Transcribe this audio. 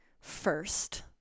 first